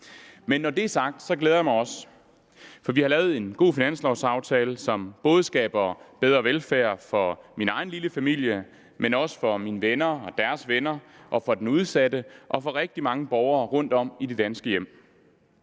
Men når det er sagt, glæder jeg mig også, for vi har lavet en god finanslovsaftale, som både skaber bedre velfærd for min egen lille familie, men også for mine venner og deres venner og for den udsatte og for rigtig mange borgere rundtom i de danske hjem.